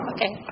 Okay